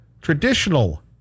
traditional